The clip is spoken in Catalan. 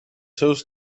seus